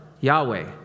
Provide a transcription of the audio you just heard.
Yahweh